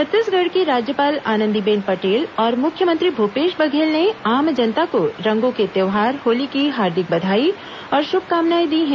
छत्तीसगढ़ की राज्यपाल आनंदीबेन पटेल और मुख्यमंत्री भूपेश बघेल ने आम जनता को रंगों के त्यौहार होली की हार्दिक बधाई और शुभकामनाएं दी हैं